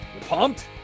pumped